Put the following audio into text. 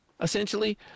essentially